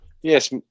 Yes